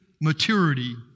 maturity